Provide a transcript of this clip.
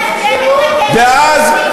ועוד איך,